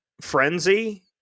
frenzy